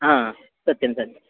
सत्यं सत्यं